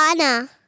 Anna